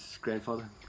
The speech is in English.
grandfather